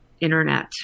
internet